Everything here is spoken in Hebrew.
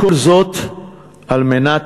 כל זאת על מנת,